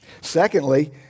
Secondly